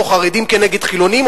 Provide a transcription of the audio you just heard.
או חרדים כנגד חילונים,